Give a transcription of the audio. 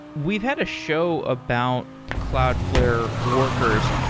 we've had a show about cloudflare workers.